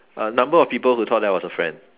uh number of people who thought I was a friend